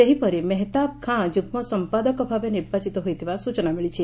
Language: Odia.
ସେହିପରି ମେହତାବ ଖାଁ ଯୁଗ୍ଗ ସମ୍ପାଦକଭାବେ ନିର୍ବାଚିତ ହୋଇଥିବା ସ୍ଟଚନା ମିଳିଛି